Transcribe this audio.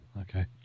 Okay